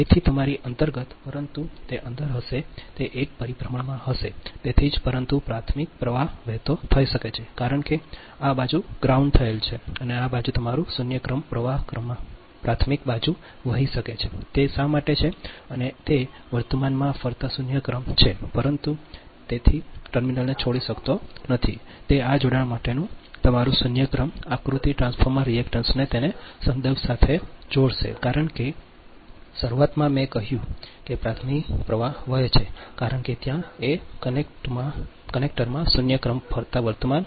એ થી તમારી અંતર્ગત પરંતુ તે અંદર હશે તે એક પરિભ્રમણમાં હશે તેથી જ પરંતુ પ્રાથમિક પ્રવાહ વહેતો થઈ શકે છે કારણ કે આ બાજુ ગ્રાઉન્ડ થયેલ છે અને આ બાજુ તમારું શૂન્ય ક્રમ પ્રવાહ પ્રાથમિક બાજુ વહે શકે છે તે શા માટે છે અને એ તે વર્તમાનમાં ફરતા શૂન્ય ક્રમ છે પરંતુ તેથી ટર્મિનલને છોડી શકતો નથી તે આ જોડાણ માટેનું તમારું શૂન્ય ક્રમ આકૃતિ ટ્રાન્સફોર્મર રિએક્ટન્સને તેને સંદર્ભ સાથે જોડશે કારણ કે શરૂઆતમાં મેં કહ્યું હતું કે પ્રાથમિક પ્રવાહ વહે છે કારણ કે ત્યાં છે એ કનેક્ટરમાં શૂન્ય ક્રમ ફરતા વર્તમાન